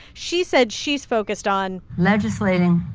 she said she's focused on. legislating,